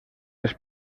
les